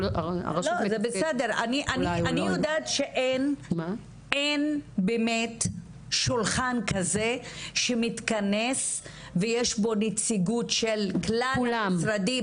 אני יודעת שאין באמת שולחן כזה שמתכנס ויש בו נציגות של כלל המשרדים